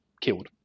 killed